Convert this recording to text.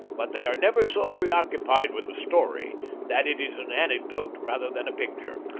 but they are never so preoccupied with the story that it is an anecdote rather than a picture.